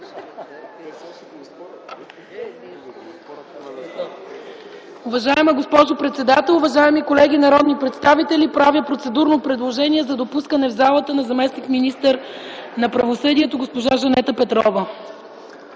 Уважаема госпожо председател, уважаеми колеги народни представители, правя процедурно предложение за допускане в залата на заместник-министъра на правосъдието госпожа Жанета Петрова.